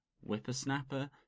whippersnapper